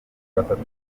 batatu